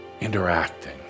Interacting